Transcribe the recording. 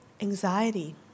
anxiety